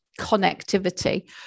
connectivity